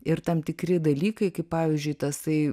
ir tam tikri dalykai kaip pavyzdžiui tasai